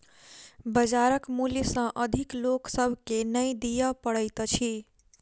बजारक मूल्य सॅ अधिक लोक सभ के नै दिअ पड़ैत अछि